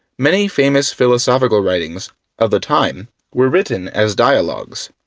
many famous philosophical writings of the time were written as dialogs,